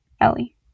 Ellie